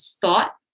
thought